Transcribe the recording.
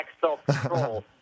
Self-Control